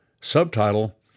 Subtitle